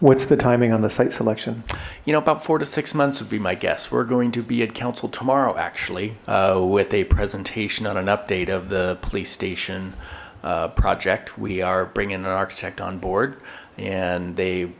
what's the timing on the site selection you know about four to six months would be my guess we're going to be at council tomorrow actually with a presentation on an update of the police station project we are bringing an architect on board and they